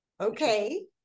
okay